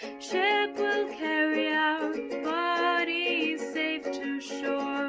ship will carry our bodies safe to shore